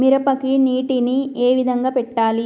మిరపకి నీటిని ఏ విధంగా పెట్టాలి?